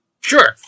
Sure